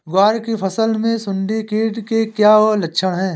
ग्वार की फसल में सुंडी कीट के क्या लक्षण है?